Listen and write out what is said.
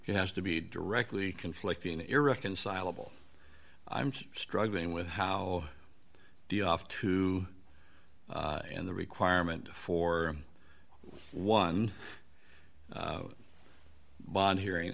rt has to be directly conflicting irreconcilable i'm struggling with how do you off to the requirement for one bond hearing